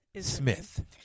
Smith